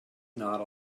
not